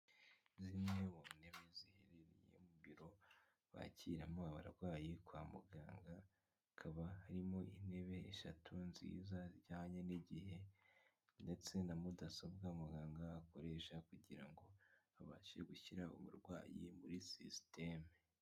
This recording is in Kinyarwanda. Zimwe mu ntemi ziherereye mu biro bakiramo abarwayi kwa muganga hakaba harimo intebe eshatu nziza zijyanye n'igihe ndetse na mudasobwa muganga akoresha kugira ngo abashe gushyira umurwayi muri sisiteme.